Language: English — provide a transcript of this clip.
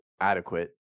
adequate